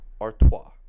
Artois